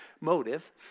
motive